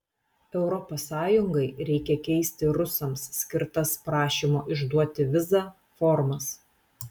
europos sąjungai reikia keisti rusams skirtas prašymo išduoti vizą formas